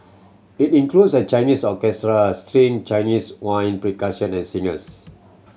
it includes a Chinese orchestra string Chinese wind and singers